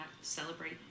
celebrate